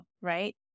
right